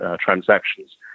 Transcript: transactions